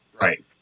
Right